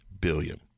billion